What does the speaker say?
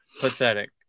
Pathetic